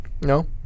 No